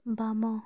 ବାମ